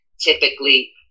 typically